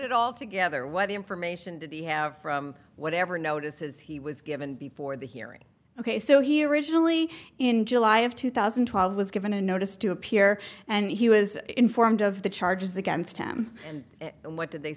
at all together what information did he have from whatever notices he was given before the hearing ok so he originally in july of two thousand and twelve was given a notice to appear and he was informed of the charges against him and what did they